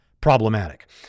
problematic